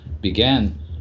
began